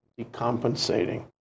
decompensating